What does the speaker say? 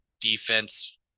defense